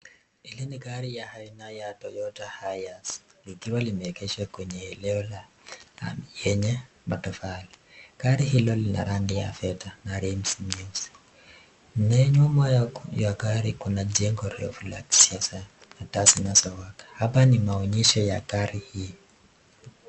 Hili ni gari aina ya Toyota hayas, likiwa limeegeshwa kwenye eneo la yenye matofali, gari hilo Lina rangi ya fedha, naye nyuma ya gari Kuna chengo kubwa na taa zinazowaka, hapa ni maonyesho ya gari hii.